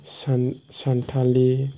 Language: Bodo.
सानथालि